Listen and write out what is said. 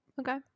Okay